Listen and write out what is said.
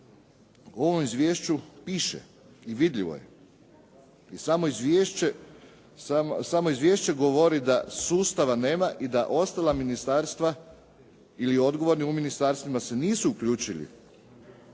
u ovom izvješću piše i vidljivo je i samo izvješće govori da sustava nema i da ostala ministarstva ili odgovorni u ministarstvima se nisu uključili,